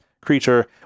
Creature